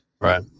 Right